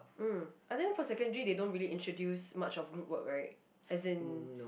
mm I think for secondary they don't really introduce much of group work right as in